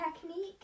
technique